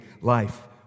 life